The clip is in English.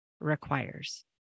requires